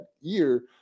year